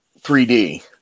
3D